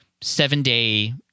seven-day